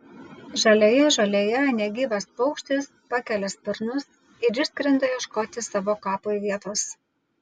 žalioje žolėje negyvas paukštis pakelia sparnus ir išskrenda ieškoti savo kapui vietos